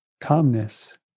calmness